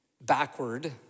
backward